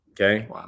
Okay